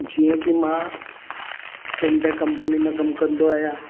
जीअं कि मां फिंटेक कंपनी में कमु कंदो आहियां